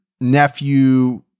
nephew